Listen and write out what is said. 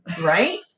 Right